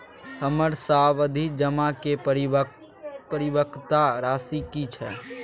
हमर सावधि जमा के परिपक्वता राशि की छै?